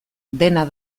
dena